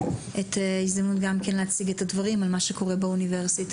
לתת את ההזדמנות גם כן להציג את הדברים על מה שקורה באוניברסיטה,